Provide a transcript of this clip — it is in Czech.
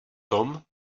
tom